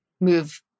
move